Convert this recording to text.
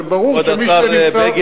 זה ברור שמי שנמצא, כבוד השר בגין,